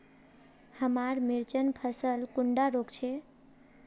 हमार मिर्चन फसल कुंडा रोग छै?